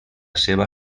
seva